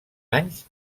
anys